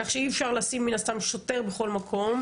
כך שאי אפשר לשים מן הסתם שוטר בכל מקום.